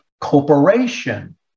corporation